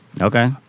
Okay